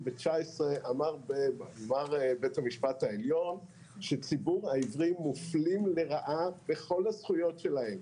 אמר בית המשפט העליון שציבור העיוורים מופלה לרעה בכל הזכויות שלהם,